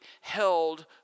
held